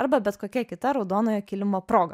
arba bet kokia kita raudonojo kilimo proga